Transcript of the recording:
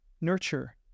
nurture